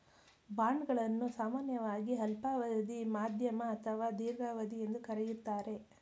bond ಗಳನ್ನು ಸಾಮಾನ್ಯವಾಗಿ ಅಲ್ಪಾವಧಿ, ಮಧ್ಯಮ ಅಥವಾ ದೀರ್ಘಾವಧಿ ಎಂದು ಕರೆಯುತ್ತಾರೆ